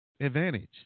advantage